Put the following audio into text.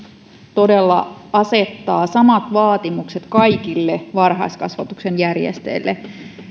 todella asettaa samat vaatimukset kaikille varhaiskasvatuksen järjestäjille